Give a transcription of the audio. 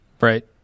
Right